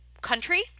country